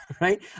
right